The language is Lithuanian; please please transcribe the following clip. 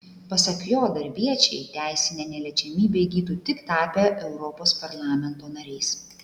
pasak jo darbiečiai teisinę neliečiamybę įgytų tik tapę europos parlamento nariais